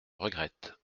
regrette